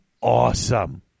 awesome